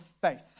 faith